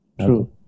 True